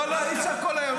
לא, אי-אפשר כל היום.